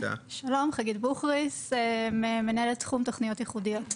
חגית בוכריס, מנהלת תחום תוכניות ייחודיות.